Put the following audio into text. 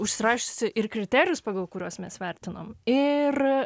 užsirašysiu ir kriterijus pagal kuriuos mes vertinom ir